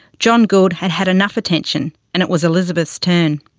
john gould had had enough attention, and it was elizabeth's turn.